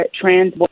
trans